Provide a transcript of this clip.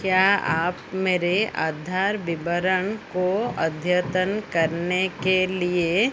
क्या आप मेरे आधार विवरण को अद्यतन करने के लिए